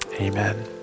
Amen